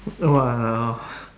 !walao!